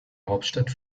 hauptstadt